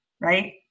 right